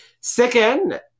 Second